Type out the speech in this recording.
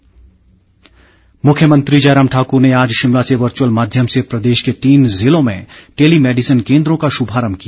tele medicine मुख्यमंत्री जयराम ठाकुर ने आज शिमला से वर्चुअल माध्यम से प्रदेश के तीन जिलों में टेली मेडिसिन केन्द्रों का शुभारमभ किया